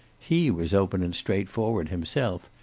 he was open and straightforward himself.